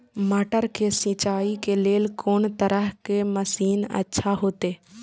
मटर के सिंचाई के लेल कोन तरह के मशीन अच्छा होते?